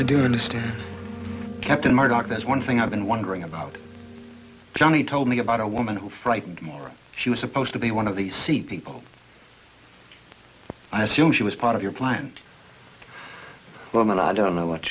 i do understand captain murdoch that's one thing i've been wondering about johnny told me about a woman who frightened she was supposed to be one of the sea people i assume she was part of your plan well i don't know what